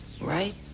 right